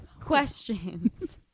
Questions